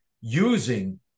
using